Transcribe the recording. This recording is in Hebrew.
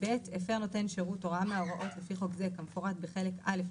הפר נותן שירות הוראה מההוראות לפי חוק זה כמפורט בחלק א'